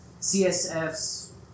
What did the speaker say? CSF's